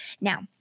Now